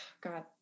God